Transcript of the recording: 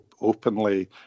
openly